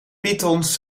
pythons